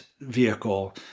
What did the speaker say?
vehicle